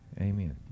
Amen